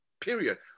period